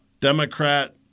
Democrat